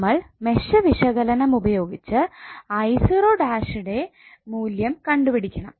നമ്മൾ മെഷ് വിശകലനം ഉപയോഗിച്ച് 𝑖′0 യുടെ മൂല്യം കണ്ടുപിടിക്കണം